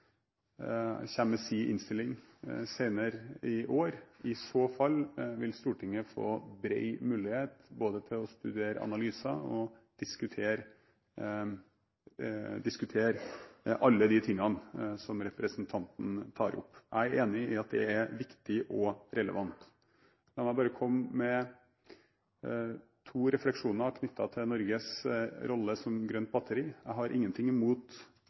med sin innstilling senere i år. I så fall vil Stortinget få bred mulighet til både å studere analyser og diskutere alt det som representanten tar opp. Jeg er enig i at det er viktig og relevant. La meg bare komme med to refleksjoner knyttet til Norges rolle som grønt batteri: Jeg har selvsagt ingenting imot